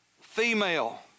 female